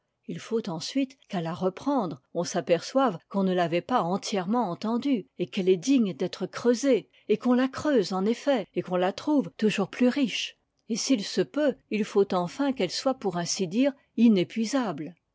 il faut ensuite qu'à la reprendre on s'aperçoive qu'on ne l'avait pas entièrement entendue et qu'elle est digne d'être creusée et qu'on la creuse en effet et qu'on la trouve toujours plus riche et s'il se peut il faut enfin qu'elle soit pour ainsi dire inépuisable